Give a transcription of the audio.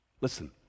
Listen